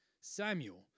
Samuel